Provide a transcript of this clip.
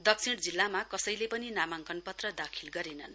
दक्षिण जिल्लामा कसैले पनि नामाङ्कन पत्र दाखिल गरेनन्